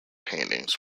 paintings